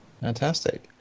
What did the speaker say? Fantastic